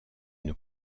une